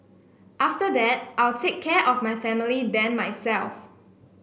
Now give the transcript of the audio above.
after that I'll take care of my family then myself